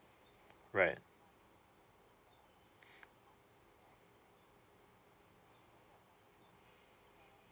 right